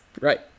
Right